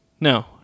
no